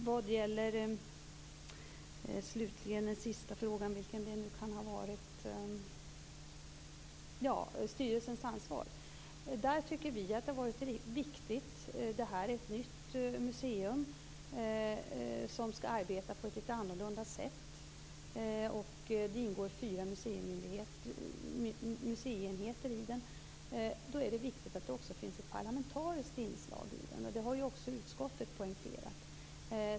Vad gäller frågan som styrelsens ansvar tycker vi att det har varit viktigt med ett nytt museum som skall arbeta på ett lite annorlunda sätt. Det ingår fyra museienheter i det. Det är då viktigt att det också finns ett parlamentariskt inslag i styrelsen, och det har också utskottet poängterat.